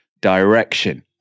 direction